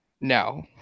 No